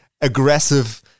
aggressive